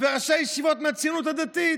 וראשי ישיבות מהציונות הדתית,